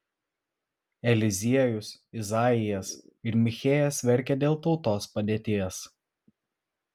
eliziejus izaijas ir michėjas verkė dėl tautos padėties